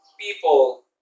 people